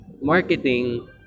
marketing